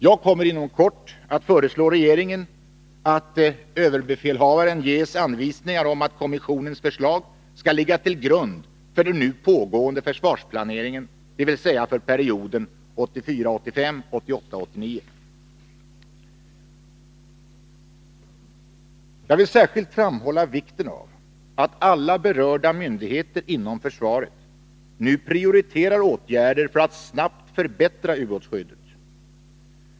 Jag kommer inom kort att föreslå regeringen att överbefälhavaren ges anvisningar om att kommissionens förslag skall ligga till grund för den nu pågående försvarsplaneringen, dvs. för perioden 1984 89. Jag vill särskilt framhålla vikten av att alla berörda myndigheter inom försvaret nu prioriterar åtgärder för att snabbt förbättra ubåtsskyddet.